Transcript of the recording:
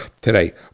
today